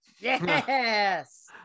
Yes